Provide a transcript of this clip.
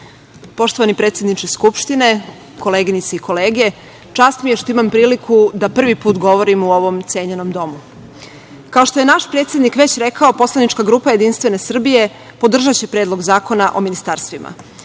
Hvala. Poštovani predsedniče Skupštine, koleginice i kolege, čast mi je što imam priliku da prvi put govorim u ovom cenjenom domu. Kao što je naš predsednik već rekao, poslanička grupa JS podržaće Predlog zakona o ministarstvima.